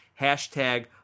hashtag